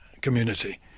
community